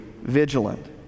vigilant